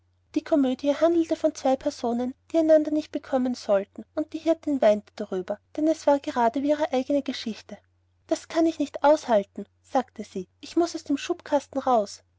die komödie handelte von zwei personen die einander nicht bekommen sollten und die hirtin weinte darüber denn es war gerade wie ihre eigene geschichte das kann ich nicht aushalten sagte sie ich muß aus dem schubkasten hinaus